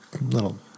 little